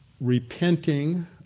repenting